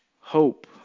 hope